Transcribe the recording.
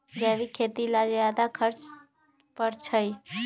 जैविक खेती ला ज्यादा खर्च पड़छई?